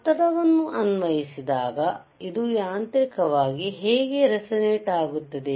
ಒತ್ತಡವನ್ನು ಅನ್ವಯಿಸಿದಾಗ ಇದು ಯಾಂತ್ರಿಕವಾಗಿ ಹೇಗೆ ರೇಸೋನಟ್ ಆಗುತ್ತದೆ